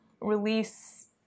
release